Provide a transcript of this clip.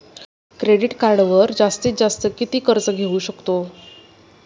Credit कार्डवर जास्तीत जास्त किती कर्ज घेऊ शकतो?